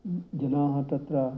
जनाः तत्र